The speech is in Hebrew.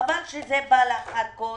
חבל שזה בא לאחר כל